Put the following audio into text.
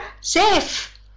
safe